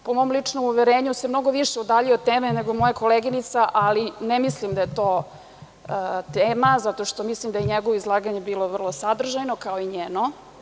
Po mom ličnom uverenju, on se mnogo više udaljio od teme nego moja koleginica, ali ne mislim da je to tema, zato što smatram da je njegovo izlaganje bilo vrlo sadržajno, kao i njeno.